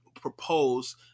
propose